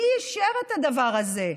מי אישר את הדבר הזה?